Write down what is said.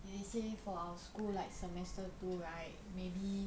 they say for our school like semester two right maybe